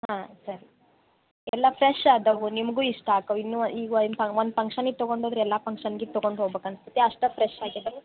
ಹಾಂ ಸರಿ ಎಲ್ಲ ಫ್ರೆಶ್ ಅದಾವು ನಿಮಗೂ ಇಷ್ಟ ಆಕವು ಇನ್ನು ಒಂದ್ ಫಂಕ್ಷನಿಗೆ ತೊಗೊಂಡು ಹೋದ್ರೆ ಎಲ್ಲ ಫಂಕ್ಷನ್ನಿಗೆ ತಗೊಂಡು ಹೋಗ್ಬೇಕು ಅನಿಸ್ತತ್ತೆ ಅಷ್ಟು ಪ್ರಶಾಗಿ ಇದೆ ರೀ